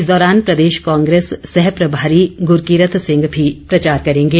इस दौरान प्रदेश कांग्रेस सहप्रभारी गुरकीरत सिंह भी प्रचार करेंगे